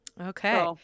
Okay